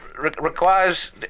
requires